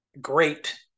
great